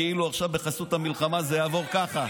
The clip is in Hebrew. כאילו עכשיו בחסות המלחמה זה יעבור ככה.